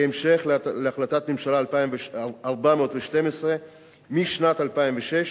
כהמשך להחלטת ממשלה 412 משנת 2006,